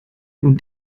und